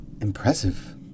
Impressive